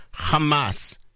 Hamas